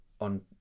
on